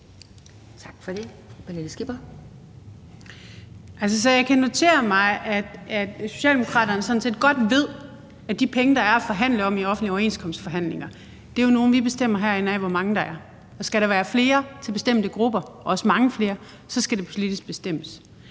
18:42 Pernille Skipper (EL): Altså, jeg kan så notere mig, at Socialdemokraterne sådan set godt ved, at de penge, der er at forhandle om i offentlige overenskomstforhandlinger, jo er nogle penge, hvor vi herinde bestemmer, hvor mange der er, og skal der være flere til bestemte grupper, også mange flere, skal det bestemmes